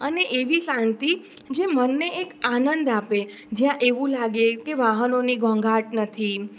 અને એવી શાંતિ જે મનને એક આનંદ આપે જ્યાં એવું લાગે કે વાહનોની ઘોંઘાટ નથી